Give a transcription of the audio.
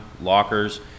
lockers